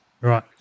Right